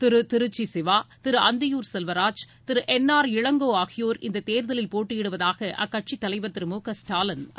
திரு Tiruchi Siva Thiru Anthiyur Selvaraj Thiru N R Elango ஆகியோர் இந்தத் தேர்தலில் போட்டியிடுவதாக அக்கட்சியின் தலைவர் திரு மு க ஸ்டாலின் அறிவித்துள்ளார்